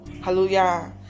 hallelujah